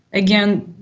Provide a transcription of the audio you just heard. again,